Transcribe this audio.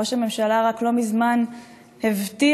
ראש הממשלה רק לא מזמן הבטיח